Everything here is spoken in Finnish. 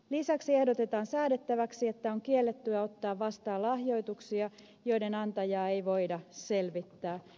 lisäksi ehdotetaan säädettäväksi että on kiellettyä ottaa vastaan lahjoituksia joiden antajaa ei voida selvittää